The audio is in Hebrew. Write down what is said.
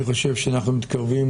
אני חושב שאנחנו מתקרבים